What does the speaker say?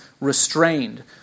restrained